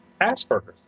Asperger's